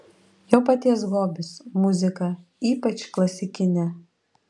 jo paties hobis muzika ypač klasikinė